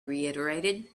reiterated